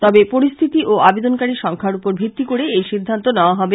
তবে পরিস্থিতি ও আবেদনকারীর সংখ্যার ওপর ভিত্তি করে এই সিদ্ধান্ত নেওয়া হবে